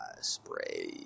spray